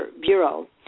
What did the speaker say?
Bureau